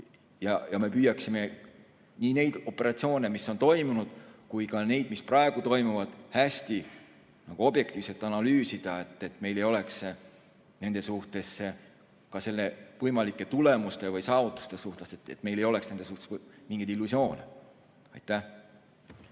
Ja me püüaksime nii neid operatsioone, mis on toimunud, kui ka neid, mis praegu toimuvad, hästi objektiivselt analüüsida, et meil ei oleks nende suhtes, ka võimalike tulemuste või saavutuste suhtes, mingeid illusioone. Rohkem